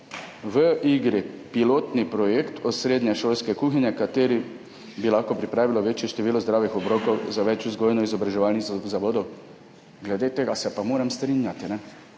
pilotni projekt osrednje šolske kuhinje, ki bi lahko pripravila večje število zdravih obrokov za več vzgojno-izobraževalnih zavodov. Glede tega se pa moram strinjati.